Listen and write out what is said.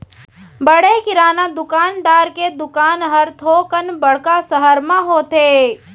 बड़े किराना दुकानदार के दुकान हर थोकन बड़का सहर म होथे